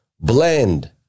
blend